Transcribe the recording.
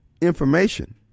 information